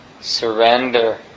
surrender